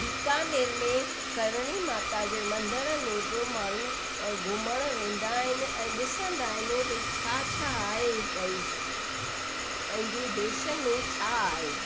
बिकानेर में करणी माता जे मंदर में बि माण्हू घुमणु वेंदा आहिनि ऐं ॾिसंदा आहिनि भई छा छा आहे भाई पंहिंजे देश में छा आहे